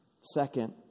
Second